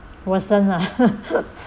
worsen lah